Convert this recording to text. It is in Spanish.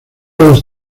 los